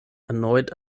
erneut